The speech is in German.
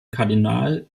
kardinal